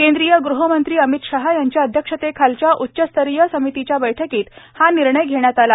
केंद्रीय गृहमंत्री अमित शहा यांच्या अध्यक्षतेखालच्या उच्चस्तरीय समितीच्या बैठकीत हा निर्णय झाला